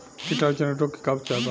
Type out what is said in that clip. कीटाणु जनित रोग के का उपचार बा?